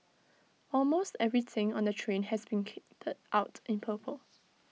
almost everything on the train has been kitted out in purple